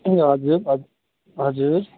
ए हजुर हज् हजुर